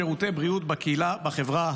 שירותי בריאות בקהילה בחברה הבדואית.